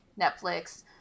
netflix